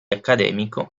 accademico